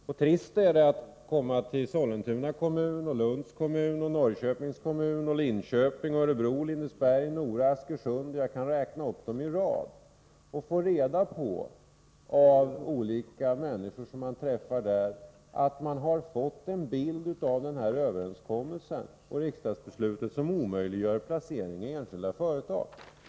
Det är trist att komma till kommuner som Sollentuna, Lund, Norrköping, Linköping, Örebro, Lindesberg, Nora och Askersund — jag kan räkna upp dem i rad — och där få reda på av olika människor att de har fått en bild av överenskommelsen och riksdagsbeslutet som omöjliggör placering i enskilda företag.